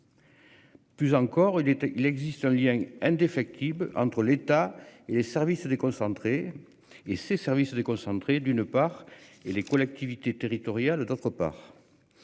il était, il existe un lien indéfectible entre l'État et les services déconcentrés et ses services déconcentrés. D'une part et les collectivités territoriales d'autre part.